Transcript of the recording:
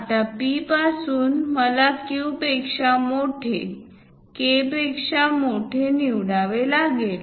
आता P पासून मला Q पेक्षा मोठे K पेक्षा मोठे निवडावे लागेल